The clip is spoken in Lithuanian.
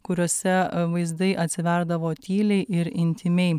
kuriuose vaizdai atsiverdavo tyliai ir intymiai